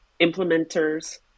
implementers